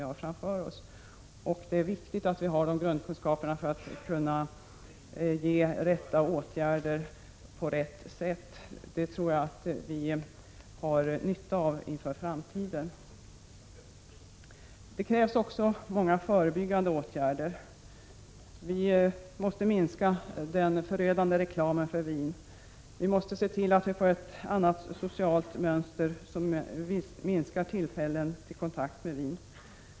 Det är viktigt att vi har dessa grundkunskaper för att kunna sätta in rätt åtgärder på rätt sätt — det har vi nytta av inför framtiden. Det krävs också många förebyggande åtgärder. Vi måste minska den förödande reklamen för vin. Vi måste se till att vi får ett annat socialt mönster, som minskar tillfällen till kontakt med vin.